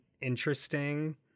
interesting